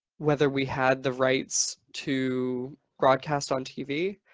whether we had the rights to broadcast on tv.